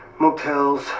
motels